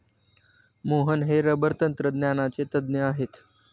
मोहन हे रबर तंत्रज्ञानाचे तज्ज्ञ आहेत